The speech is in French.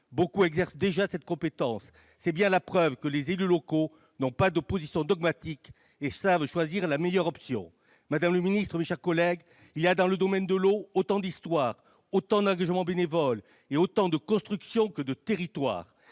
eux exercent déjà cette compétence. C'est bien la preuve que les élus locaux n'ont pas de position dogmatique et savent choisir la meilleure option. Madame la ministre, mes chers collègues, il y a dans le domaine de l'eau autant d'histoires, autant d'engagements bénévoles et autant de constructions que de territoires.